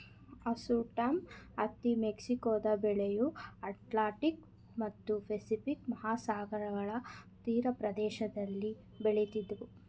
hirsutum ಹತ್ತಿ ಮೆಕ್ಸಿಕೊದ ಬೆಳೆಯು ಅಟ್ಲಾಂಟಿಕ್ ಮತ್ತು ಪೆಸಿಫಿಕ್ ಮಹಾಸಾಗರಗಳ ತೀರಪ್ರದೇಶದಲ್ಲಿ ಬೆಳಿತಿದ್ವು